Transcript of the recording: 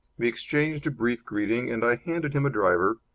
we exchanged a brief greeting and i handed him a driver,